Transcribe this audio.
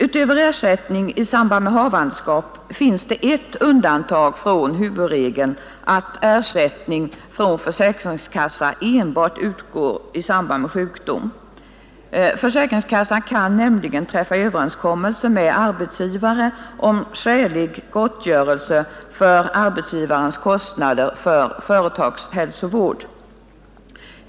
Utöver ersättning i samband med havandeskap finns det ett undantag från huvudregeln att ersättning från försäkringskassa enbart utgår i samband med sjukdom. Försäkringskassa kan nämligen träffa överenskommelse med arbetsgivare om skälig gottgörelse för arbetsgivarens kostnader för företagshälsovård.